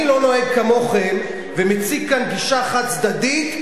אני לא נוהג כמוכם ומציג כאן גישה חד-צדדית,